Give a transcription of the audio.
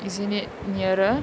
isn't it nearer